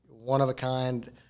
one-of-a-kind